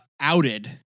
outed